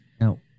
No